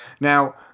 Now